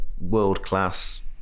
world-class